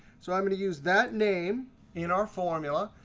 so i'm going to use that name in our formula.